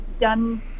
done